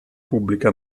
pubblica